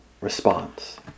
response